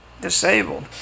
disabled